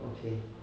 okay